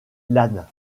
lannes